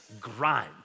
grind